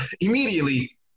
immediately